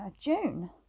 June